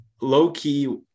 Low-key